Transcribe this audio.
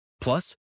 Plus